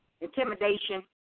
intimidation